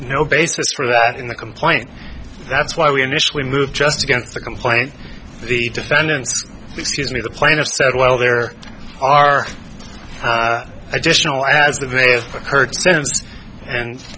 no basis for that in the complaint that's why we initially moved just against the complaint the defendant excuse me the planner said well there are a